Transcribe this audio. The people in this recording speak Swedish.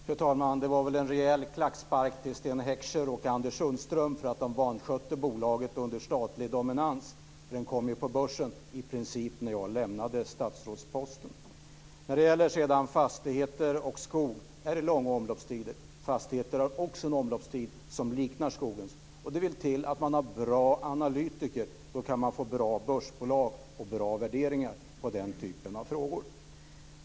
Fru talman! Det var en rejäl klackspark till Sten Heckscher och Anders Sundström för att de vanskötte bolaget under statlig dominans. Det kom på börsen i princip när jag lämnade statsrådsposten. För fastigheter och skog är det långa omloppstider. Fastigheter har också en omloppstid som liknar skogens, och det vill till att man har bra analytiker, för då kan man få bra börsbolag och bra värderingar på den typen av frågor.